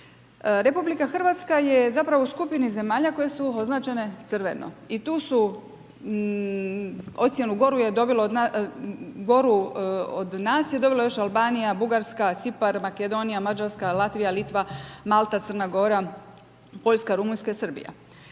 liječenja. RH je zapravo u skupini zemalja koje su označene crveno i tu su ocjenu goru je dobilo, goru od nas je dobila još Albanija, Bugarska, Cipar, Makedonija, Mađarska, Latvija, Litva, Malta, Crna Gora, Poljska, Rumunjska i Srbija.